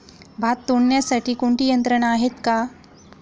भात तोडण्यासाठी कोणती यंत्रणा आहेत का?